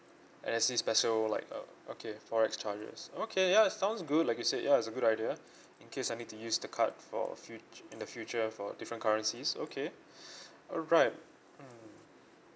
special like uh okay forex charges okay yeah it sounds good like you said yeah it's a good idea in case I need to use the card for futu~ in the future for different currencies okay alright mm